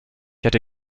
hätte